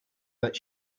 that